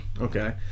Okay